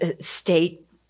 state